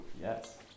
Yes